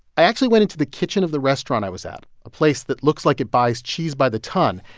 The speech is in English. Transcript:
i actually went into the kitchen of the restaurant i was at, a place that looks like it buys cheese by the ton,